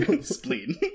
Spleen